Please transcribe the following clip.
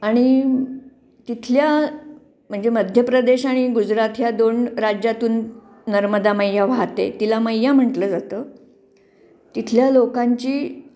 आणि तिथल्या म्हणजे मध्यप्रदेश आणि गुजरात ह्या दोन राज्यातून नर्मदा मैया वाहते तिला मैया म्हटलं जातं तिथल्या लोकांची